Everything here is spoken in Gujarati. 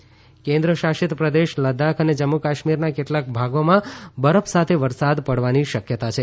લદાખ વરસાદ કેન્દ્રશાસિત પ્રદેશ લદાખ અને જમ્મુ કાશ્મીરના કેટલાક ભાગોમાં બરફ સાથે વરસાદ પડવાની શકયતા છે